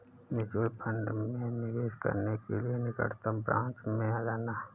mutual fund में निवेश करने के लिए निकटतम ब्रांच में जाना